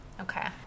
Okay